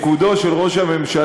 כמי שחווה את תפקודו של ראש הממשלה,